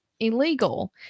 illegal